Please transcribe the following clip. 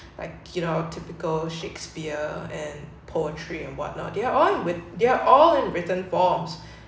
like you know typical shakespeare and poetry and whatnot they are on with they're all in written forms